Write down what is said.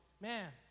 man